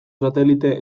satelite